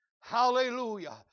Hallelujah